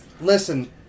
listen